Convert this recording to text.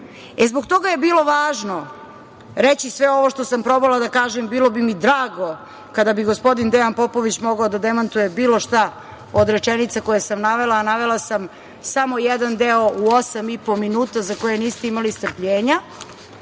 imamo. Zbog toga je bilo važno reći sve ovo što sam probala da kažem. Bilo bi mi drago kada bi gospodin Dejan Popović mogao da demantuje bilo šta od rečenica koje sam navela, a navela sam samo jedan deo u 8,5 minuta za koje niste imali strpljenja.